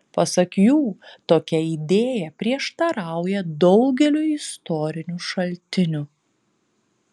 pasak jų tokia idėja prieštarauja daugeliui istorinių šaltinių